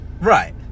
right